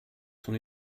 son